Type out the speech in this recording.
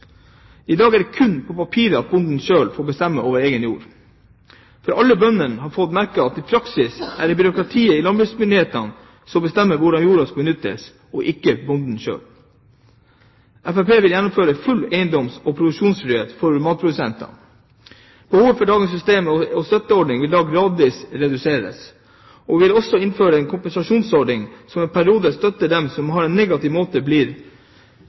I dag er det kun på papiret at bonden selv får bestemme over egen jord, for alle bønder har fått merke at i praksis er det byråkratene hos landbruksmyndighetene som bestemmer hvordan jorda skal benyttes, og ikke bonden selv. Fremskrittspartiet vil gjeninnføre full eiendoms- og produksjonsfrihet for matprodusenter. Behovet for dagens system med støtteordninger vil da gradvis reduseres, og vi vil også innføre en kompensasjonsordning som i en periode støtter dem som på en negativ måte blir